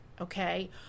Okay